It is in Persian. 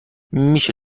میشه